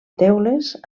teules